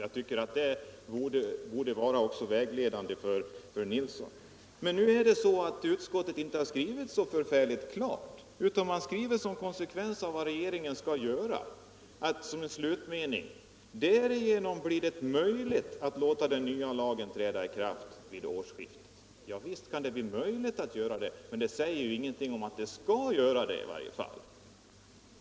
Jag tycker att det borde vara vägledande också för herr Nilsson i Växjö. Nu har emellertid utskottet inte skrivit så alldeles klart. Som en konsekvens av vad regeringen skall göra skriver utskottet nämligen som slutmening i näst sista stycket: ”Därigenom blir det möjligt att låta den nya lagen träda i kraft vid årsskiftet.” Ja visst blir det möjligt. Men det skrivna säger ju ingenting om att det skall göra det.